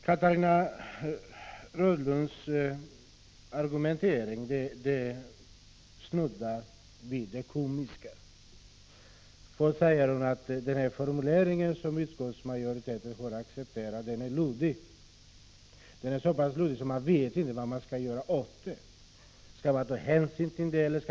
Catarina Rönnungs argumentering är snudd på det komiska. Först säger hon att den formulering som utskottsmajoriteten har accepterat är luddig. Den är t.o.m. så pass luddig att man inte vet vad man skall ta sig till. Skall man ta hänsyn till den eller inte?